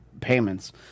payments